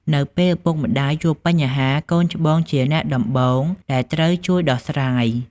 នៅពេលឪពុកម្ដាយជួបបញ្ហា កូនច្បងជាអ្នកដំបូងដែលត្រូវជួយដោះស្រាយ។